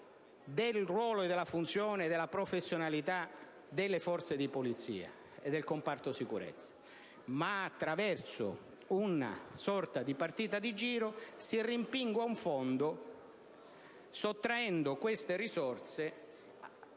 del ruolo, della funzione e della professionalità delle Forze di polizia e del comparto sicurezza. Attraverso una sorta di partita di giro si rimpingua infatti un fondo sottraendo risorse